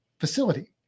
facility